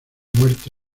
muerte